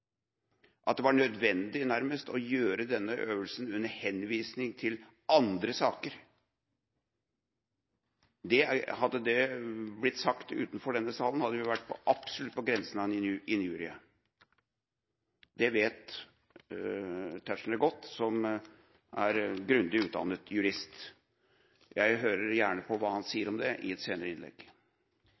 det nærmest var nødvendig å gjøre denne øvelsen, under henvisning til andre saker. Hadde det blitt sagt utenfor denne salen, hadde det vært absolutt på grensen til en injurie. Det vet Tetzschner godt, som er grundig utdannet jurist. Jeg hører gjerne på hva han sier om dette i et senere innlegg.